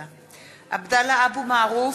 (קוראת בשמות חברי הכנסת) עבדאללה אבו מערוף,